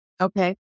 Okay